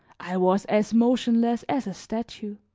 i was as motionless as a statue.